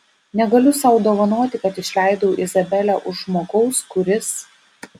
negaliu sau dovanoti kad išleidau izabelę už žmogaus kuris